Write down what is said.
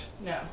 No